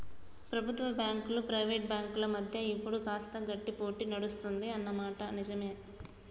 ప్రభుత్వ బ్యాంకులు ప్రైవేట్ బ్యాంకుల మధ్య ఇప్పుడు కాస్త గట్టి పోటీ నడుస్తుంది అన్న మాట నిజవే